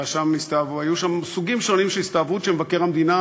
היו שם סוגים שונים של הסתאבות שמבקר המדינה